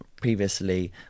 previously